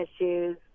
issues